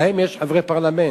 להם יש חברי פרלמנט,